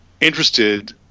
interested